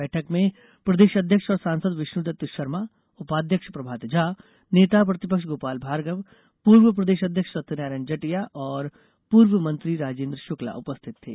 बैठक में प्रदेश अध्यक्ष और सांसद विष्णुदत्त शर्मा उपाध्यक्ष प्रभात झा नेता प्रतिपक्ष गोपाल भार्गव पूर्व प्रदेश अध्यक्ष सत्यनारायण जटिया और पूर्व मंत्री राजेन्द्र शुक्ला उपस्थित थे